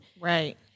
Right